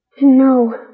No